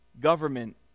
government